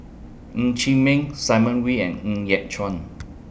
Ng Chee Meng Simon Wee and Ng Yat Chuan